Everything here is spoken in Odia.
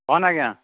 କୁହନ୍ତୁ ଆଜ୍ଞା